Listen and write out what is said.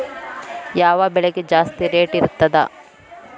ಯಾವ ಬೆಳಿಗೆ ಜಾಸ್ತಿ ರೇಟ್ ಇರ್ತದ?